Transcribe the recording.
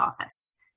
office